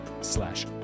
slash